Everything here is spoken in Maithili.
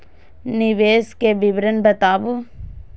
निवेश के विवरण बताबू?